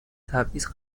تبعیض